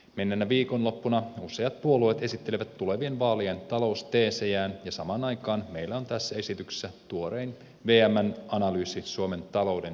menneenä viikonloppuna useat puolueet esittelivät tulevien vaalien talousteesejään ja samaan aikaan meillä on tässä esityksessä tuorein vmn analyysi suomen talouden tilasta